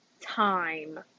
time